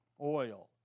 oil